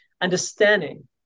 understanding